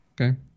Okay